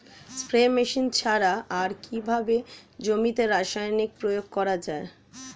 Spray machine ছাড়া আর কিভাবে জমিতে রাসায়নিক প্রয়োগ করা যায়?